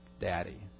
Daddy